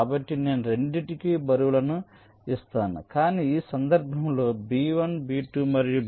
కాబట్టి నేను రెండిటికి బరువులను ఇస్తాను కానీ ఈ సందర్భంలో B1 B2 మరియు B3